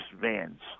vans